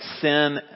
sin